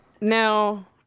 now